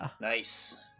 Nice